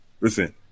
Listen